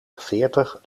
veertig